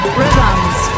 rhythms